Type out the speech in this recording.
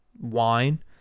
wine